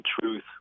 truth